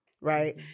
right